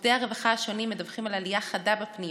מוקדי הרווחה השונים מדווחים על עלייה חדה בפניות.